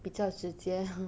比较直接